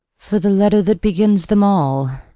for the letter that begins them all,